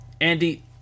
Andy